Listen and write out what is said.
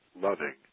loving